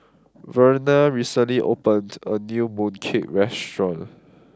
Verna recently opened a new mooncake restaurant